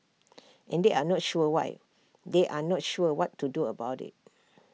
and they are not sure why they are not sure what to do about IT